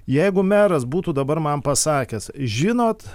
jeigu meras būtų dabar man pasakęs žinot